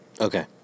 Okay